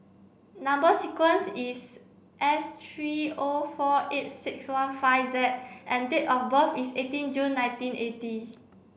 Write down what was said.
number sequence is S three O four eight six one five Z and date of birth is eighteen June nineteen eighty